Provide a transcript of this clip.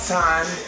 time